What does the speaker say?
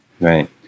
Right